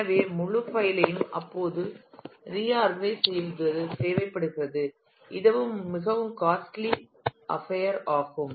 எனவே முழு பைல் யும் அவ்வப்போது ரிஆர்கனைசேஷன் செய்வது தேவைப்படுகிறது இது மிகவும் காஸ்ட்லி அப்பயார் ஆகும்